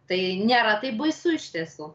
tai nėra taip baisu iš tiesų